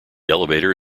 elevator